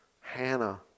Hannah